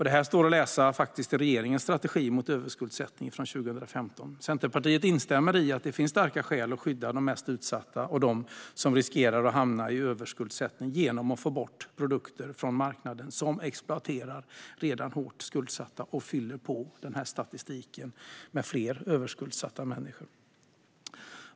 Detta står att läsa i regeringens strategi mot överskuldsättning från 2015. Centerpartiet instämmer i att det finns starka skäl att skydda de mest utsatta och de som riskerar hamna i en överskuldsättning, genom att få bort produkter från marknaden som exploaterar redan hårt skuldsatta och fyller på statistiken med fler överskuldsatta.